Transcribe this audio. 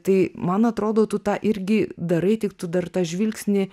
tai man atrodo tu tą irgi darai tik tu dar tą žvilgsnį